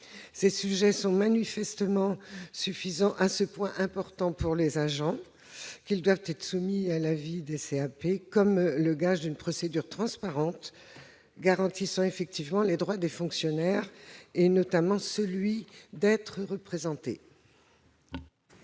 Ces sujets sont suffisamment importants pour les agents pour qu'ils soient soumis à l'avis des CAP, gage d'une procédure transparente garantissant effectivement les droits des fonctionnaires, notamment celui d'être représentés.